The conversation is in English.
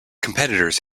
competitors